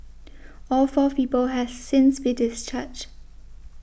all fourth people have since been discharged